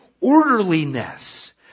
orderliness